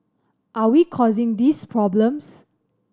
are we causing these problems